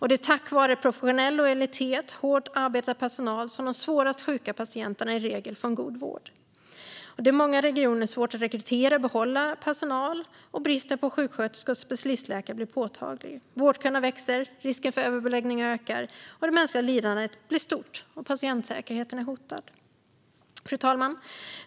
Det är tack vare en professionell, lojal och hårt arbetande personal som de svårast sjuka patienterna i regel får en god vård. Men många regioner har svårt att rekrytera och behålla personal, och bristen på sjuksköterskor och specialistläkare blir påtaglig. Vårdköerna växer och risken för överbeläggningar ökar. Det mänskliga lidandet blir stort och patientsäkerheten är hotad. Fru talman!